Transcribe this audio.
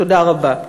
תודה רבה.